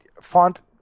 Font